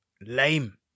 lame